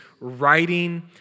writing